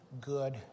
good